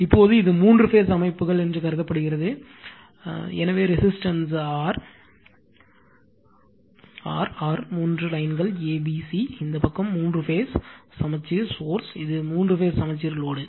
இப்போது இது மூன்று பேஸ் அமைப்புகள் என்று கருதப்படுகிறது எனவே ரெசிஸ்டன்ஸ் ஆர் ஆர் ஆர் மூன்று லைன்கள் பேஸ் a b c இந்த பக்கம் மூன்று பேஸ் சமச்சீர் சோர்ஸ் இது மூன்று பேஸ் சமச்சீர் லோடு